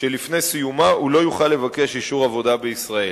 שלפני סיומה הוא לא יוכל לבקש אישור עבודה בישראל,